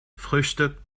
frühstück